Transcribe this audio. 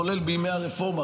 כולל בימי הרפורמה,